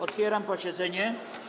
Otwieram posiedzenie.